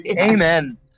amen